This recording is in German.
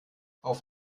auf